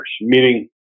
meaning